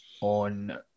on